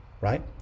Right